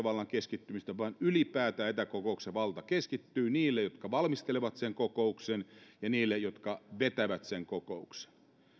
vallan keskittymisestä vaan ylipäätään etäkokouksissa valta keskittyy niille jotka valmistelevat sen kokouksen ja niille jotka vetävät sen kokouksen